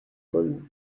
paul